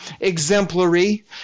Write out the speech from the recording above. exemplary